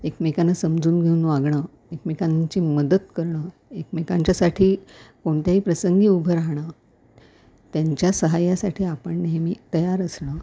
एकमेकांनां समजून घेऊन वागणं एकमेकांची मदत करणं एकमेकांच्यासाठी कोणत्याही प्रसंगी उभं राहणं त्यांच्या सहाय्यासाठी आपण नेहमी तयार असणं